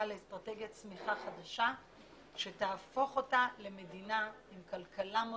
לאסטרטגיית צמיחה חדשה שתהפוך אותה למדינה עם כלכלה מודרנית,